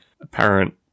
apparent